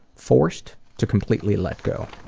forced to completely let go.